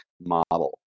model